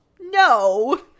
no